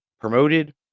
promoted